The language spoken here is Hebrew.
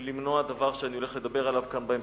ולמנוע דבר שאני הולך לדבר עליו כאן בהמשך,